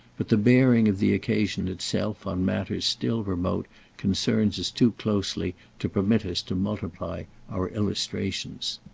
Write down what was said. but the bearing of the occasion itself on matters still remote concerns us too closely to permit us to multiply our illustrations.